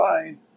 fine